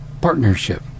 partnership